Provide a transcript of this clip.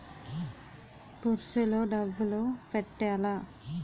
Purse లో డబ్బులు పెట్టలా?